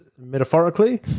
metaphorically